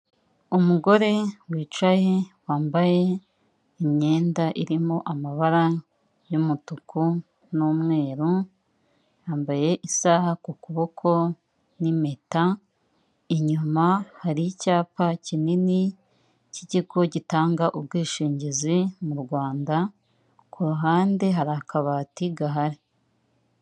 Umugore wicaye, wambaye imyenda irimo amabara y'umutuku n'umweru, yambaye isaha ku kuboko n'impeta, inyuma hari icyapa kinini k'ikigo gitanga ubwishingizi mu Rwanda, ku ruhande hari akabati gahari.